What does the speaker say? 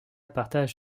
partage